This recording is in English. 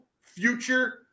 future